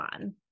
on